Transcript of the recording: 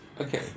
Okay